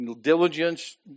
Diligence